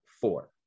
four